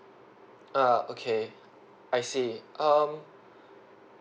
err okay I see um